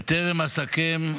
בטרם אסכם,